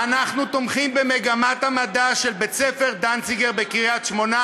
אנחנו תומכים במגמת המדע של בית-הספר דנציגר בקריית-שמונה.